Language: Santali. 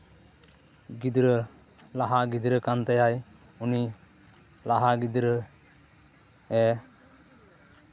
ᱜᱤᱫᱽᱨᱟᱹ ᱞᱟᱦᱟ ᱜᱤᱫᱽᱨᱟᱹ ᱠᱟᱱ ᱛᱟᱭᱟᱭ ᱩᱱᱤ ᱞᱟᱦᱟ ᱜᱤᱫᱽᱨᱟᱹ ᱮ